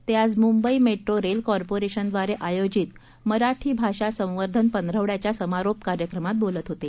ते आज Mumbai metro rail कॉर्पोरेशनद्वारे आयोजित मराठी भाषा संवर्धन पंधरवड्याच्या समारोप कार्यक्रमात बोलत होते